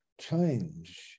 change